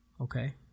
Okay